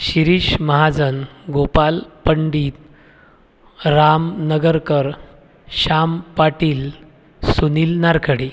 Shirish Mahajan Gopal Pandit Ram Nagarkar Sham Patil Sunil Narkhede